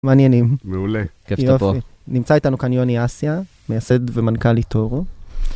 מה העניינים. מעולה, כיף שאתה פה. יופי. נמצא איתנו כאן יוני אסיה, מייסד ומנכה ליטורו.